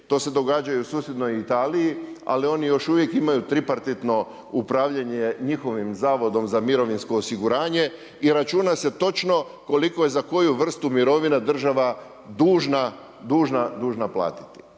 To se događa i u susjednoj Italiji, ali oni još uvijek imaju tripartitno upravljanje njihovim Zavodom za mirovinsko osiguranje. I računa se točno koliko je za koju vrstu mirovina država dužna platiti.